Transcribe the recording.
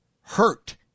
hurt